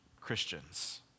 Christians